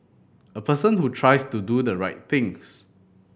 a person who tries to do the right things